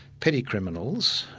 petty criminals,